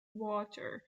water